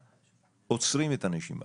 עוצרים את הנשימה,